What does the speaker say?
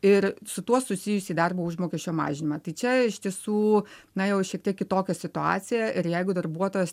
ir su tuo susijusį darbo užmokesčio mažinimą tai čia iš tiesų na jau šiek tiek kitokia situacija ir jeigu darbuotojas